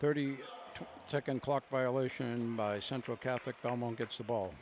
thirty second clock violation by central catholic belmont gets the ball